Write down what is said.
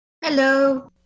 Hello